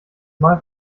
mal